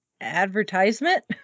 advertisement